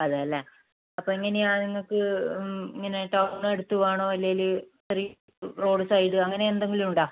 അതെ അല്ലെ അപ്പോൾ എങ്ങനെയാണ് നിങ്ങൾക്ക് ഇങ്ങനെ ടൗണിനടുത്ത് വേണോ അല്ലേല് ഇത്തിരി റോഡ് സൈഡ് അങ്ങനെയെന്തെങ്കിലും ഉണ്ടോ